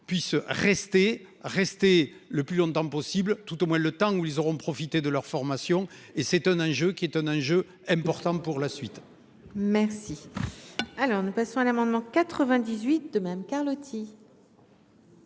puisse rester rester le plus longtemps possible tout au moins le temps où ils auront profité de leur formation et c'est un enjeu qui est un enjeu important pour la suite. Merci. Alors, nous passons à l'amendement 98 de même Carlotti.